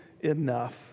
enough